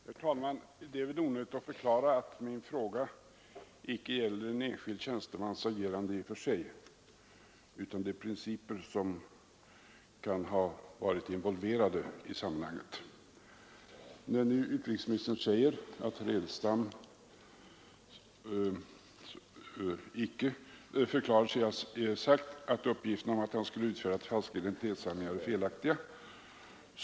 Herr talman! Det är väl onödigt att förklara att min fråga icke gäller en enskild tjänstemans agerande i och för sig utan de principer som kan ha varit involverade i sammanhanget. Utrikesministern säger nu att herr Edelstam framhållit att uppgifterna om att han utfärdat falska legitima tionshandlingar är felaktiga.